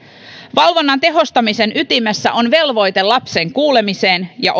valvonnan tehostamisen ytimessä on velvoite lapsen kuulemiseen ja